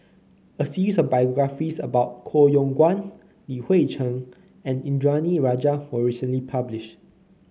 a series of biographies about Koh Yong Guan Li Hui Cheng and Indranee Rajah was recently published